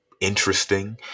interesting